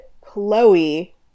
chloe